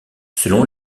selon